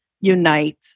unite